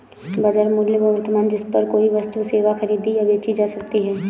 बाजार मूल्य वह वर्तमान जिस पर कोई वस्तु सेवा खरीदी या बेची जा सकती है